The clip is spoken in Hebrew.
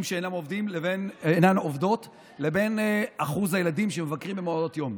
שאינן עובדות לבין אחוז הילדים שמבקרים במעונות יום.